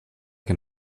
can